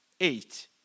eight